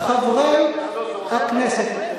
חברי הכנסת,